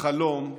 החלום יתגשם.